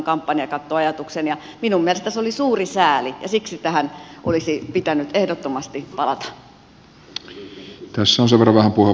minun mielestäni se oli suuri sääli ja siksi tähän olisi pitänyt ehdottomasti palata